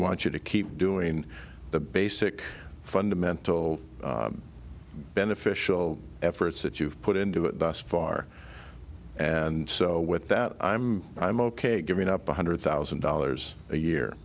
want you to keep doing the basic fundamental beneficial efforts that you've put into it thus far and so with that i'm i'm ok giving up one hundred thousand dollars a year